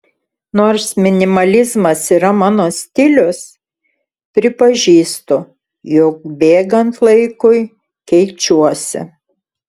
nors minimalizmas yra mano stilius pripažįstu jog bėgant laikui keičiuosi